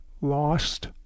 lost